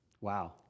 wow